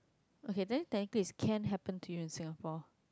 okay then technically is can happen to you in Singapore